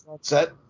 set